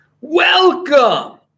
Welcome